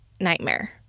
nightmare